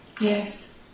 Yes